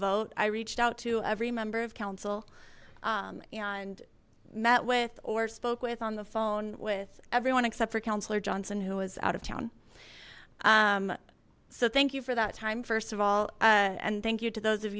vote i reached out to every member of council and met with or spoke with on the phone with everyone except for councillor johnson who was out of town so thank you for that time first of all and thank you to those of